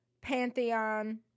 Pantheon